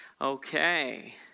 Okay